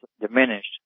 diminished